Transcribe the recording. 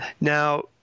Now